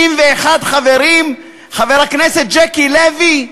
61 חברים, חבר הכנסת ז'קי לוי,